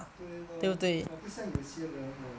对 lor 不像有些人 hor